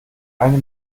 eine